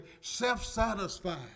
self-satisfied